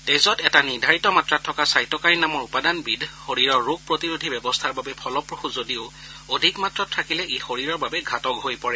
তেজত এটা নিৰ্ধাৰিত মাত্ৰাত থকা চাইটকাইন নামৰ উপাদানবিধ শৰীৰৰ ৰোগ প্ৰতিৰোধী ব্যৱস্থাৰ বাবে ফলপ্ৰসূ যদিও অধিক মাত্ৰাত থাকিলে ই শৰীৰৰ বাবে ঘাতক হৈ পৰে